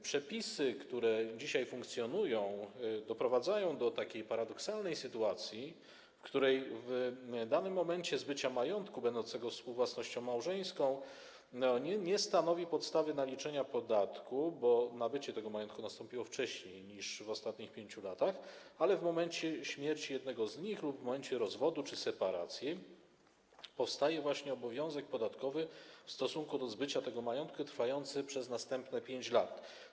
Przepisy, które dzisiaj funkcjonują, doprowadzają do takiej paradoksalnej sytuacji, w której w danym momencie zbycie majątku będącego współwłasnością małżeńską nie stanowi podstawy naliczenia podatku, bo nabycie tego majątku nastąpiło wcześniej niż w ciągu ostatnich 5 lat, ale w momencie śmierci jednego z małżonków lub w momencie rozwodu czy separacji powstaje właśnie obowiązek podatkowy w stosunku do zbycia tego majątku, trwający przez następne 5 lat.